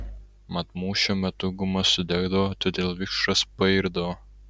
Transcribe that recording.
mat mūšio metu guma sudegdavo todėl vikšras pairdavo